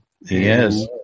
Yes